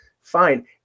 Fine